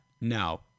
No